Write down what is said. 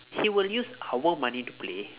he will use our money to play